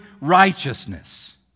righteousness